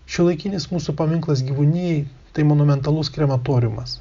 šiuolaikinis mūsų paminklas gyvūnijai tai monumentalus krematoriumas